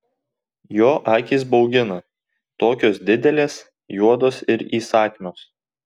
jo akys baugina tokios didelės juodos ir įsakmios